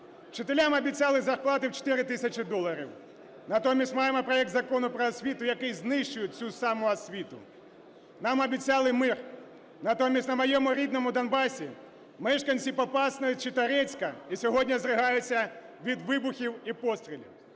Вчителям обіцяли зарплати в 4 тисячі доларів. Натомість маємо проект Закону "Про освіту", який знищує цю саму освіту. Нам обіцяли мир. Натомість на моєму рідному Донбасі мешканці Попасної чи Торецька і сьогодні здригаються від вибухів і пострілів.